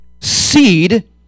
seed